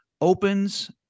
opens